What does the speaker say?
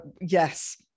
yes